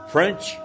French